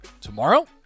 tomorrow